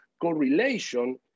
correlation